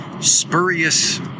spurious